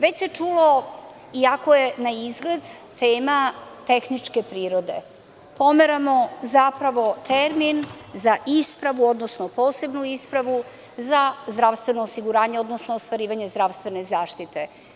Već se čulo, iako je naizgled tema tehničke prirode, pomeramo zapravo termin za ispravu odnosno posebnu ispravu za zdravstveno osiguranje, odnosno ostvarivanje zdravstvene zaštite.